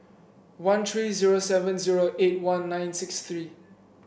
one three zero seven zero eight one nine six three